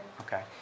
Okay